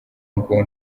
ngo